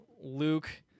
Luke